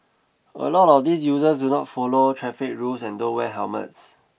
a lot of these users do not follow traffic rules and don't wear helmets